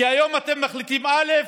כי היום אתם מחליטים א',